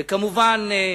וכמובן,